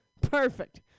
Perfect